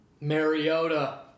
Mariota